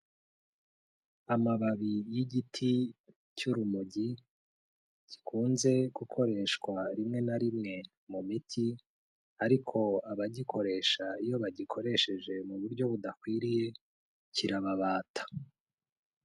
Amababi y'igiti cy'urumogi gikunze gukoreshwa rimwe na rimwe mu miti, ariko abagikoresha iyo bagikoresheje mu buryo budakwiriye kirababata.